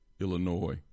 Illinois